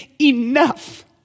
enough